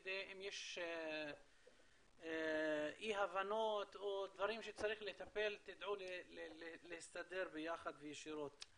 אם יש אי הבנות או דברים שצריך לטפל תדעו להסתדר ביחד וישירות,